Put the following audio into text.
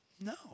No